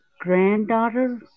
granddaughter